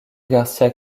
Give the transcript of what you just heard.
garcía